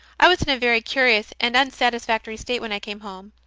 i was in a very curious and unsatisfactory state when i came home.